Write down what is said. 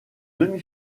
demi